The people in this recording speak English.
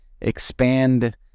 expand